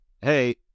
hey